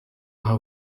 aho